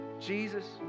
Jesus